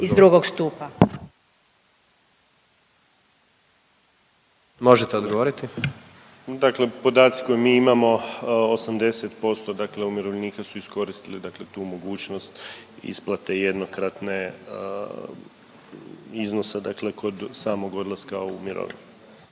Marin (HDZ)** Dakle podaci koje mi imamo 80% dakle umirovljenika su iskoristili dakle tu mogućnost isplate jednokratne iznosa dakle kod samog odlaska u mirovinu.